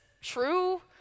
true